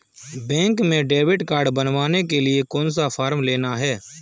Bank में debit card बनवाने के लिए कौन सा फॉर्म लेना है?